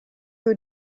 you